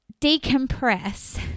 decompress